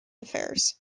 affairs